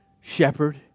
shepherd